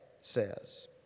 says